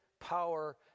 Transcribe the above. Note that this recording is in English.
power